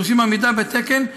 דורשים עמידה בתקן,